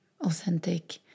authentic